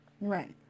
Right